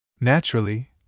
Naturally